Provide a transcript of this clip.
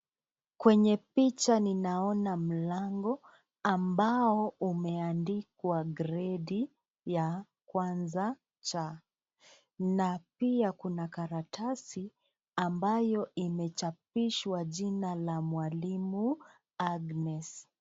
Kwenye picha ninaona mlango ambao umeandikwa kredi ya kwanza C na pia kuna karatasi ambayo imichapishwa jina la mwalimu Agnes.